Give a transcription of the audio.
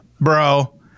bro